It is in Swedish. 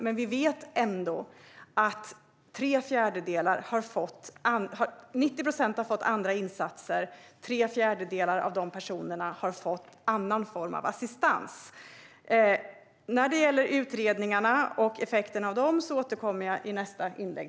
Men vi vet ändå att 90 procent har fått andra insatser och att tre fjärdedelar av dessa personer har fått någon annan form av assistans. När det gäller utredningarna och effekterna av dem återkommer jag i nästa inlägg.